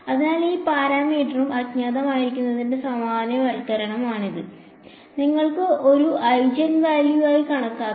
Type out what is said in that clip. അതിനാൽ ഈ പരാമീറ്ററും അജ്ഞാതമായിരിക്കുന്നതിന്റെ സാമാന്യവൽക്കരണമാണിത് നിങ്ങൾക്ക് ഇത് ഒരു ഐജൻവാല്യൂ ആയി കണക്കാക്കാം